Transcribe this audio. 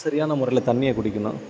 சரியான முறையில் தண்ணியை குடிக்கணும்